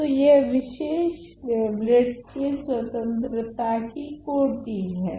तो यह विशेष वेवलेट के स्वतन्त्रता की कोटी हैं